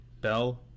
Bell